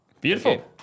Beautiful